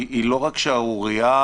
-- היא לא רק שערורייה,